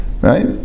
right